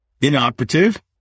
inoperative